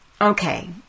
Okay